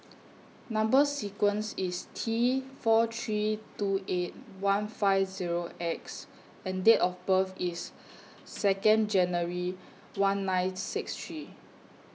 Number sequence IS T four three two eight one five Zero X and Date of birth IS Second January one nine six three